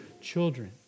children